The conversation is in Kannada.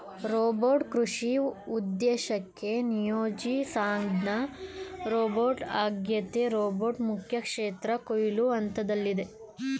ರೊಬೋಟ್ ಕೃಷಿ ಉದ್ದೇಶಕ್ಕೆ ನಿಯೋಜಿಸ್ಲಾದ ರೋಬೋಟ್ಆಗೈತೆ ರೋಬೋಟ್ ಮುಖ್ಯಕ್ಷೇತ್ರ ಕೊಯ್ಲು ಹಂತ್ದಲ್ಲಿದೆ